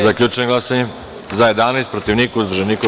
Zaključujem glasanje: za - 11, protiv - niko, uzdržanih - nema.